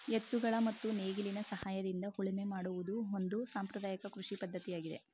ಎತ್ತುಗಳ ಮತ್ತು ನೇಗಿಲಿನ ಸಹಾಯದಿಂದ ಉಳುಮೆ ಮಾಡುವುದು ಒಂದು ಸಾಂಪ್ರದಾಯಕ ಕೃಷಿ ಪದ್ಧತಿಯಾಗಿದೆ